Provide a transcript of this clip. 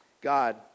God